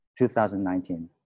2019